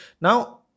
now